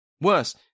Worse